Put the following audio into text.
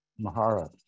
Mahara